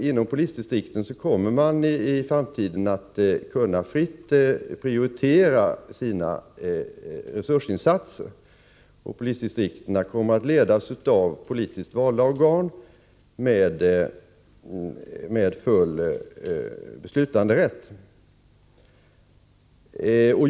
Inom polisdistrikten kommer man i framtiden att kunna prioritera sina resursinsatser fritt, och polisdistrikten kommer att ledas av politiskt valda organ med full beslutanderätt.